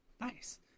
nice